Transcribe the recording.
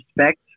respect